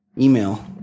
Email